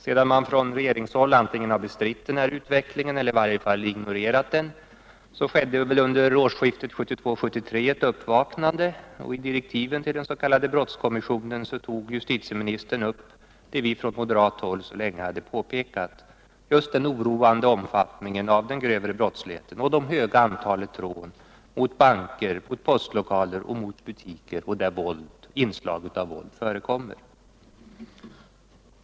Sedan man från regeringshåll antingen bestritt denna utveckling eller i varje fall ignorerat den, skedde vid årsskiftet 1972-73 en förändring. I direktiven till den s.k. brottskommissionen tog justitieministern upp det vi från moderat håll så länge hade påpekat — den oroande omfattningen av den grövre brottsligheten och det stora antalet rån mot banker, postlokaler och butiker, varvid inslag av våld ofta förekom.